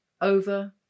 over